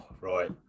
Right